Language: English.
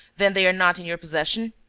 then they are not in your possession?